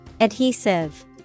Adhesive